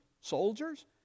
soldiers